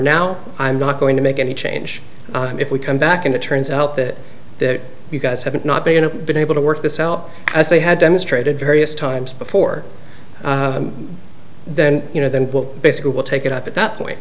now i'm not going to make any change if we come back and it turns out that that you guys haven't not been a been able to work this out as they had demonstrated various times before then you know them well basically will take it up at that point